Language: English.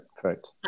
correct